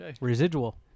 Residual